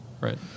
Right